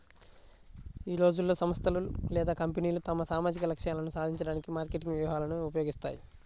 ఈ రోజుల్లో, సంస్థలు లేదా కంపెనీలు తమ సామాజిక లక్ష్యాలను సాధించడానికి మార్కెటింగ్ వ్యూహాలను ఉపయోగిస్తాయి